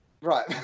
Right